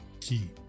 key